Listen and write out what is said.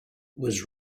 was